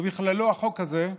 ובכללו החוק הזה,